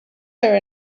their